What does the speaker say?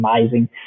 amazing